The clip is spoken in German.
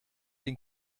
den